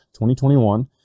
2021